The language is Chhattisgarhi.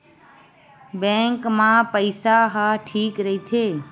बैंक मा पईसा ह ठीक राइथे?